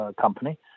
company